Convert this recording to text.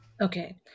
Okay